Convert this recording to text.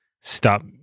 stop